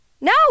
No